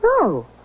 No